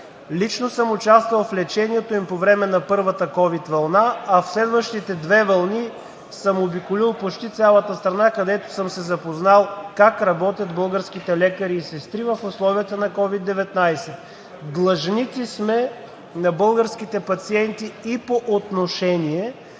лично съм участвал в лечението им по време на първата ковид вълна, а в следващите две вълни съм обиколил почти цялата страна, където съм се запознал как работят българските лекари и сестри в условията на COVID-19. Длъжници сме на българските пациенти и по отношение